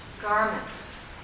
garments